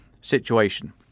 situation